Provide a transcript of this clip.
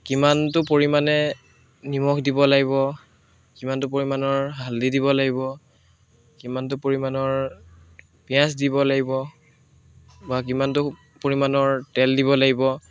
কিমানটো পৰিমাণে নিমখ দিব লাগিব কিমানটো পৰিমাণৰ হালধি দিব লাগিব কিমানটো পৰিমাণৰ পিঁয়াজ দিব লাগিব বা কিমানটো পৰিমাণৰ তেল দিব লাগিব